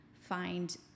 find